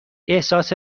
احساس